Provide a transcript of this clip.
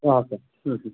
okay ಹ್ಞೂ ಹ್ಞೂ